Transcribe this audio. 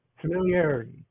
familiarity